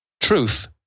truth